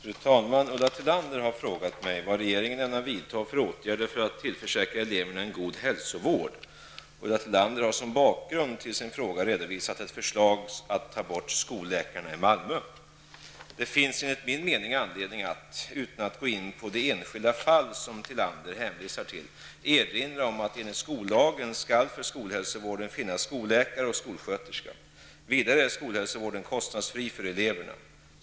Fru talman! Ulla Tillander har frågat mig vad regeringen ämnar vidta för åtgärder för att tillförsäkra eleverna en god hälsovård. Ulla Tillander har som bakgrund till sin fråga redovisat ett förslag att ta bort skolläkarna i Malmö. Det finns enligt min mening anledning att -- utan att gå in på det enskilda fall som Ulla Tillander hänvisar till -- erinra om att enligt skollagen skall för skolhälsovården finnas skolläkare och skolsköterska. Vidare är skolhälsovården kostnadsfri för eleverna.